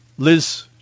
Liz